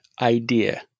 idea